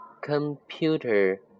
computer